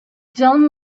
don’t